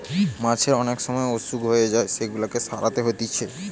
মাছের অনেক সময় অসুখ হয়ে যায় সেগুলাকে সারাতে হতিছে